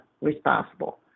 responsible